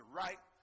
right